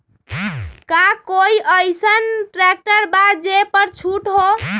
का कोइ अईसन ट्रैक्टर बा जे पर छूट हो?